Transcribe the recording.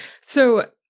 So-